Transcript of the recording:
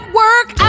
work